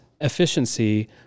efficiency